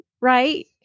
right